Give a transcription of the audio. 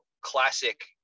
classic